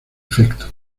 efecto